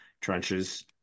trenches